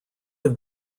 have